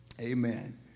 Amen